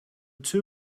two